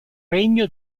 regno